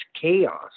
chaos